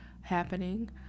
happening